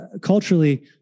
culturally